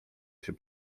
się